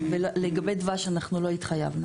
אנחנו לא התחייבנו